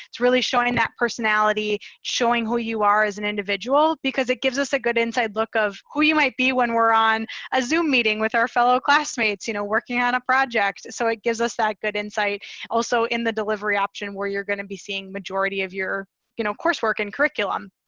it's really showing that personality, showing who you are as an individual, because it gives us a good inside look of who you might be when we're on a zoom meeting with our fellow classmates, you know working on a project. so it gives us that good insight also in the delivery option where you're gonna be seeing majority of your you know coursework and curriculum.